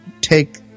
take